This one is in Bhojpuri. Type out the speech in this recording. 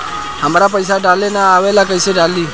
हमरा पईसा डाले ना आवेला कइसे डाली?